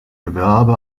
gewerbe